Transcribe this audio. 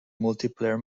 multiplayer